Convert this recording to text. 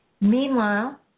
Meanwhile